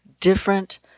different